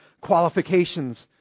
qualifications